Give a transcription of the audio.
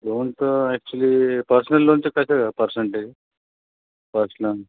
लोनचं actually personal लोनचं कसं percentage आहे पर्स्नल